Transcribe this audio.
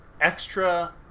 extra